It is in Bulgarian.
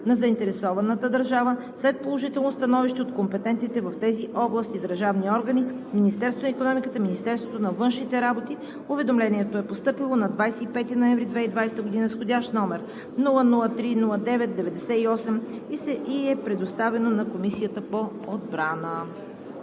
на заинтересованата държава след положително становище от компетентните в тези области държавни органи – Министерството на икономиката, Министерството на външните работи. Уведомлението е постъпило на 25 ноември 2020 г. с входящ № 003-09-98 и е предоставено на Комисията по отбрана.